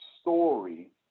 story